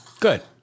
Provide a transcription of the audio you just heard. Good